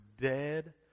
dead